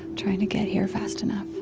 trying to get here fast enough